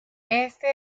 este